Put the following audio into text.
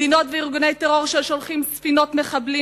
מדינות וארגוני טרור ששולחים ספינות מחבלים